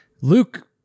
Luke